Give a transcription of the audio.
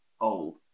old